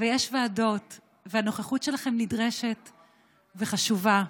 ויש ועדות, והנוכחות שלכם נדרשת וחשובה,